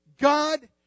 God